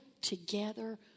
together